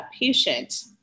patient